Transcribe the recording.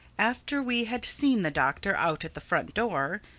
after we had seen the doctor out at the front door,